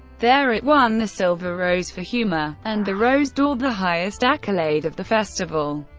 there it won the silver rose for humour and the rose d'or, the highest accolade of the festival.